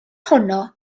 honno